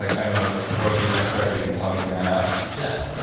like i'm a pro bmx rider and you're telling me to man up? yeah.